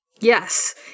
Yes